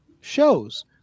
shows